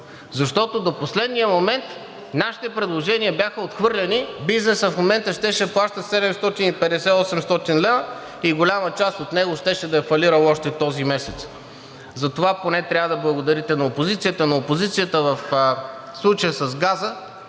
Защото до последния момент нашите предложения бяха отхвърляни. Бизнесът в момента щеше да плаща 750 – 800 лв. и голяма част от него щеше да е фалирала още този месец. За това поне трябва да благодарите на опозицията. Но опозицията в случая с газа